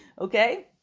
Okay